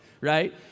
Right